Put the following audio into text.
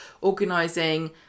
organising